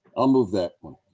i'll move that.